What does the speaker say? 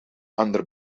andere